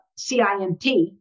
CIMT